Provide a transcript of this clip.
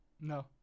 No